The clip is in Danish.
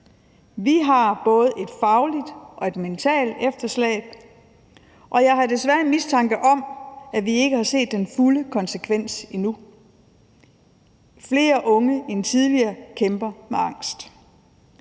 Vi har både et fagligt og et mentalt efterslæb, og jeg har desværre en mistanke om, at vi ikke har set den fulde konsekvens endnu. Flere unge end tidligere kæmper med angst.